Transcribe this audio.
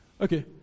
Okay